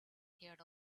heard